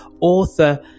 author